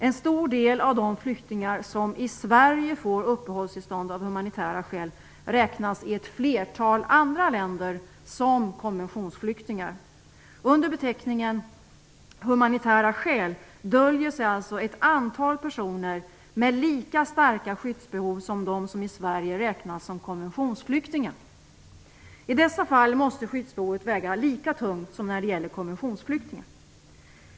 En stor del av de flyktingar som i Sverige får uppehållstillstånd av humanitära skäl räknas i ett flertal andra länder som konventionsflyktingar. Under beteckningen "humanitära skäl" döljer sig alltså ett antal personer med lika starka skyddsbehov som dem som i Sverige räknas som konventionsflyktingar. I dessa fall måste skyddsbehovet väga lika tungt som när det gäller konventionsflyktingar.